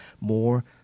more